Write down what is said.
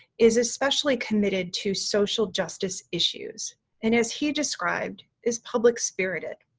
is especially committed to social justice issues and, as he described, is public-spirited.